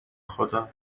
خدا